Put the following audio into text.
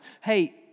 Hey